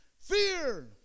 Fear